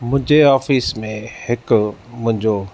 मुंहिंजे ऑफिस में हिकु मुंहिंजो